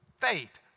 faith